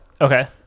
Okay